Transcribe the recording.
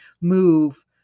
move